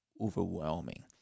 overwhelming